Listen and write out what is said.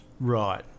Right